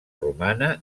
romana